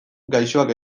gaixoak